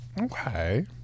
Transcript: Okay